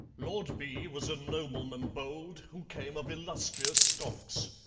lord b. was a nobleman bold who came of illustrious stocks,